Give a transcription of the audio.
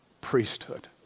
priesthood